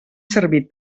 servir